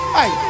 Hey